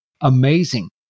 amazing